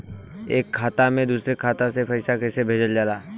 एक खाता से दूसरा खाता में पैसा कइसे भेजल जाला?